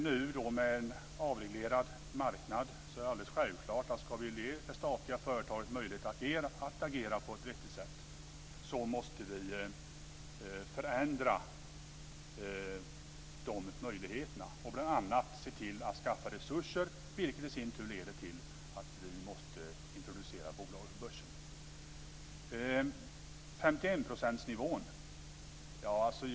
Nu, med en avreglerad marknad, är det alldeles självklart att vi måste förändra möjligheterna om vi ska ge statliga företag möjlighet att agera på ett vettigt sätt. Vi måste bl.a. se till att skaffa resurser, vilket i sin tur leder till att vi måste introducera bolaget på börsen.